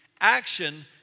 action